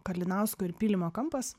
kalinausko ir pylimo kampas